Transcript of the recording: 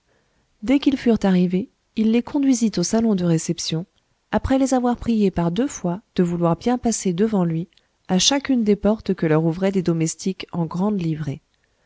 dès qu'ils furent arrivés il les conduisit au salon de réception après les avoir priés par deux fois de vouloir bien passer devant lui à chacune des portes que leur ouvraient des domestiques en grande livrée